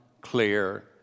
clear